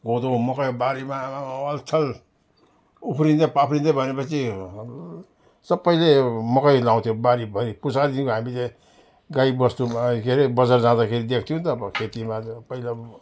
कोदो मकै बारीमा आम्ममामा वालछेल उफ्रिँदै पाफ्रिँदै भने पछि सबैले अब मकै लगाउँथ्यो बारीभरि पुच्छरदेखि हामीले गाई वस्तु ब के अरे बजार जाँदाखेरि देख्थ्यौँ त अब खेतीमा त पहिला